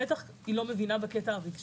בטח היא לא מבינה בקטע הרגשי.